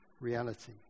reality